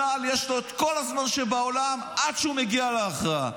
צה"ל, יש לו כל הזמן שבעולם, עד שהוא מגיע להכרעה.